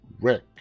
Rick